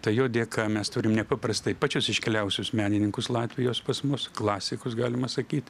tai jo dėka mes turim nepaprastai pačius iškiliausius menininkus latvijos pas mus klasikus galima sakyt